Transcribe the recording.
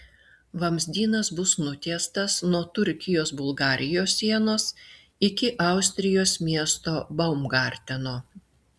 vamzdynas bus nutiestas nuo turkijos bulgarijos sienos iki austrijos miesto baumgarteno